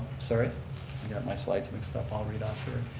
sorry, i got my slides mixed up, i'll read off here.